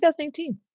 2018